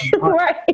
right